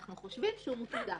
אנחנו חושבים שהוא מוצדק.